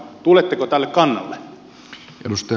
tuletteko tälle kannalle